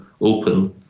open